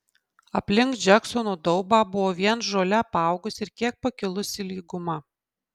aplink džeksono daubą buvo vien žole apaugusi ir kiek pakilusi lyguma